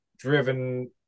driven